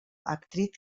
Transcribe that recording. actriz